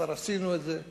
כבר עשינו את זה.